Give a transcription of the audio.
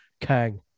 Kang